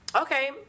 Okay